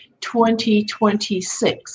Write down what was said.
2026